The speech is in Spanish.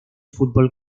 fútbol